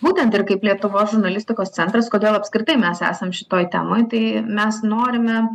būtent ir kaip lietuvos žurnalistikos centras kodėl apskritai mes esam šitoj temoj tai mes norime